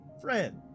Friend